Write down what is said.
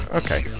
okay